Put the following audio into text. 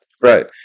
Right